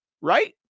Right